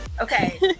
Okay